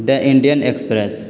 the Indian express